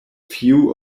few